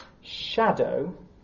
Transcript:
shadow